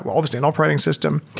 obviously an operating system,